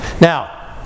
Now